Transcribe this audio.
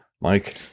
Mike